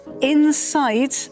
inside